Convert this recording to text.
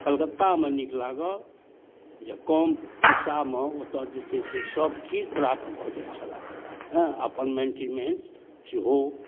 कलकत्तामे नीक लागल जे कम पइसामे ओतऽ जे छै से सबचीज प्राप्त भऽ जाए छलै हँ अपन मेन्टिनेन्स सेहो